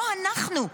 לא אנחנו.